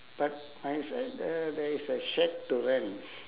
but my side uh there's a shack to rent